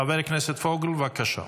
חבר הכנסת פוגל, בבקשה.